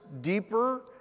deeper